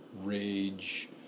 rage